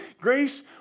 Grace